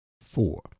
four